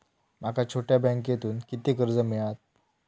माका छोट्या बँकेतून किती कर्ज मिळात?